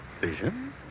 Vision